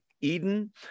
Eden